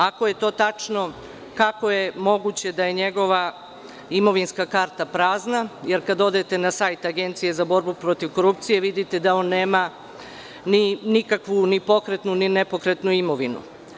Ako je to tačno, kako je moguće da je njegova imovinska karta prazna, jer kada odete na sajt Agencije za borbu protiv korupcije vidite da on nema nikakvu ni pokretnu, ni nepokretnu imovinu?